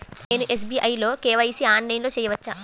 నేను ఎస్.బీ.ఐ లో కే.వై.సి ఆన్లైన్లో చేయవచ్చా?